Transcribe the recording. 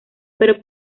pero